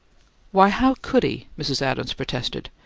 why, how could he? mrs. adams protested.